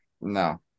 No